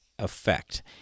effect